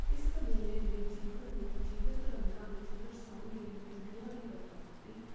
ਇਸ ਕਬੀਲੇ ਨੇ ਜੀਵਨ ਨੂੰ ਜੀਵਤ ਰੰਗਾਂ ਵਿੱਚ ਦਰਸਾਉਣ ਲਈ ਬਿੰਦੀਆਂ ਦੀ ਵਰਤੋਂ ਕੀਤੀ